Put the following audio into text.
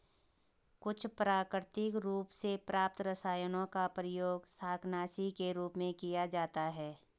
कुछ प्राकृतिक रूप से प्राप्त रसायनों का प्रयोग शाकनाशी के रूप में किया जाता है